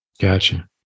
Gotcha